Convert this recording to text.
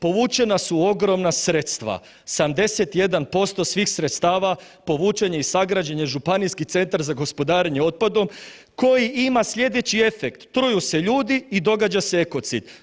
Povučena su ogromna sredstva, 71% svih sredstava povučen je i sagrađen je Županijski centar za gospodarenje otpadom koji ima slijedeći efekt, truju se ljudi i događa se ekocid.